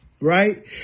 right